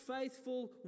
faithful